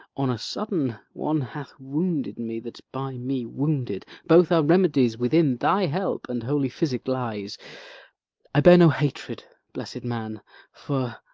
on a sudden, one hath wounded me that's by me wounded. both our remedies within thy help and holy physic lies i bear no hatred, blessed man for,